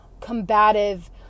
combative